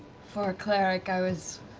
for a cleric, i was